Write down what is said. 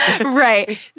Right